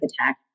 attack